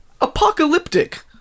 apocalyptic